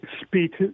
speech